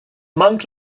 monk